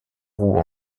roues